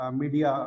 media